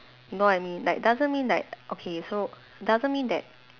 know what I mean like doesn't mean like okay so doesn't mean that